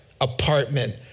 apartment